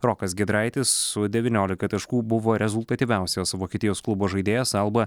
rokas giedraitis su devyniolika taškų buvo rezultatyviausias vokietijos klubo žaidėjas alba